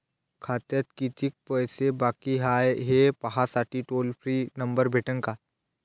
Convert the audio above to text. खात्यात कितीकं पैसे बाकी हाय, हे पाहासाठी टोल फ्री नंबर भेटन का?